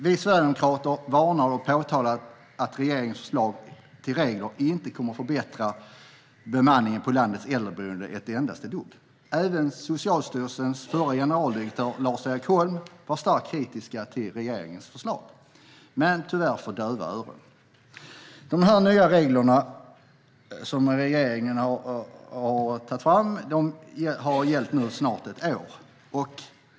Vi sverigedemokrater varnade och påtalade att regeringens förslag till regler inte kommer att förbättra bemanningen på landets äldreboenden ett endaste dugg. Även Socialstyrelsens förre generaldirektör, Lars-Erik Holm, var starkt kritisk till regeringens förslag, men tyvärr för döva öron. De nya regler som regeringen har tagit fram har nu gällt i snart ett år.